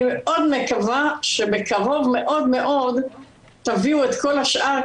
אני מקווה מאוד שבקרוב מאוד תביאו את כל השאר,